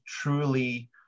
truly